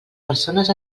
persones